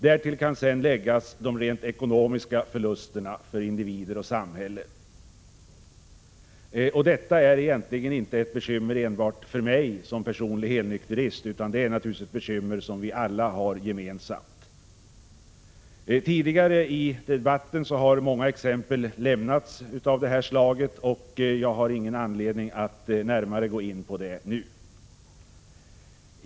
Därtill kan sedan fogas de rent ekonomiska förlusterna för individer och samhälle. Detta är egentligen inte ett bekymmer enbart för mig som personlig helnykterist, utan det är naturligtvis ett bekymmer som vi alla har gemensamt. Tidigare i debatten har många exempel lämnats av det här slaget, och jag har ingen anledning att närmare gå in på det nu.